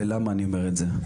ולמה אני אומר את זה?